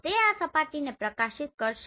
તે આ સપાટીને પ્રકાશિત કરશે